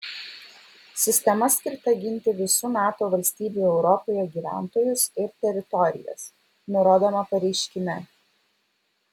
sistema skirta ginti visų nato valstybių europoje gyventojus ir teritorijas nurodoma pareiškime